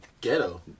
ghetto